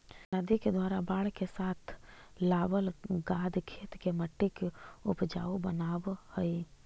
नदि के द्वारा बाढ़ के साथ लावल गाद खेत के मट्टी के ऊपजाऊ बनाबऽ हई